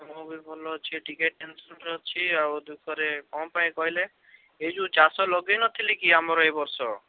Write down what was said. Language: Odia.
ମୁଁ ବି ଭଲ ଅଛି ଟିକିଏ ଟେନସନ୍ରେ ଅଛି ଆଉ ଦୁଃଖରେ କ'ଣ ପାଇଁ କହିଲେ ଏଇ ଯେଉଁ ଚାଷ ଲଗାଇନଥିଲି କି ଆମର ଏବର୍ଷ